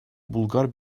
bulgar